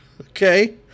Okay